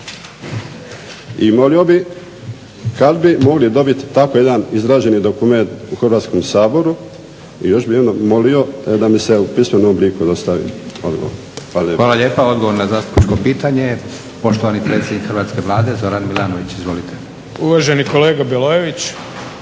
I molio bih kad bi mogli dobiti tako jedan izrađeni dokument u Hrvatskom saboru? I još bih jedno molio, da mi se u pismenom obliku dostavi odgovor. Hvala lijepa. **Leko, Josip (SDP)** Hvala lijepa. Odgovor na zastupničko pitanje poštovani predsjednik Hrvatske vlade Zoran Milanović. Izvolite. **Milanović,